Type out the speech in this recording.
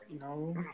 No